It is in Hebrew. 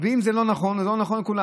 ואם זה לא נכון, זה לא נכון לכולם.